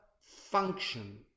function